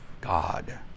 God